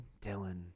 Dylan